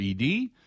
ED